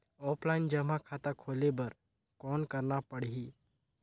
Offline जमा खाता खोले बर कौन करना पड़ही?